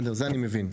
את זה אני מבין.